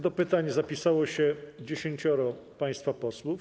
Do pytań zapisało się dziesięcioro państwa posłów.